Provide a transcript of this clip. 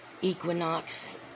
equinox